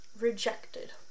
rejected